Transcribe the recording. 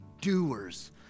doers